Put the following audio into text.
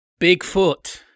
Bigfoot